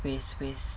with with